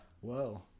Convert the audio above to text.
Whoa